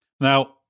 Now